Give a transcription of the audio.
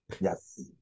Yes